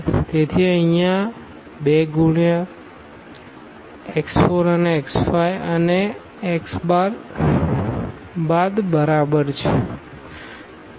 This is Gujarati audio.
તેથી અહીંથી 2 ગુણ્યા x 4 આ x 5 અને x બાદ બરાબર છે